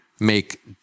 make